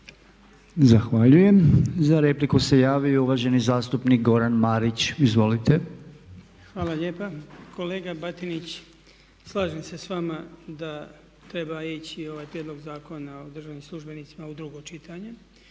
Zahvaljujem. Za repliku se javio uvaženi zastupnik Goran Marić, izvolite. **Marić, Goran (HDZ)** Hvala lijepa. Kolega Batinić slažem se s vama da treba ići ovaj prijedlog Zakona o državnim službenicima u drugo čitanje.